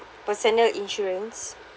personal insurance